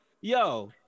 Yo